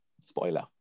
spoiler